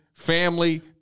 Family